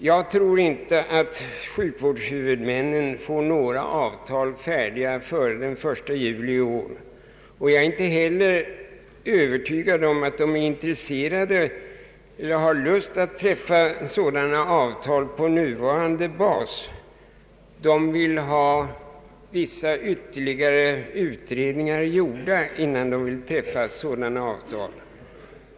Jag tror inte att sjukvårdshuvudmännen får några avtal färdiga före den 1 juli i år, och jag är inte heller övertygad om att huvudmännen har någon lust att träffa sådana avtal på nuvarande bas. De vill ha vissa ytterligare utredningar gjorda innan de träffar sådana avtal.